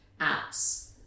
apps